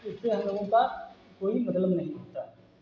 इससे उन लोगों का कोई मतलब नहीं होता है